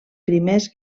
primers